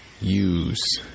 use